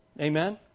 Amen